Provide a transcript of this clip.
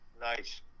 Nice